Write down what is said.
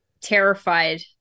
terrified